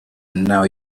now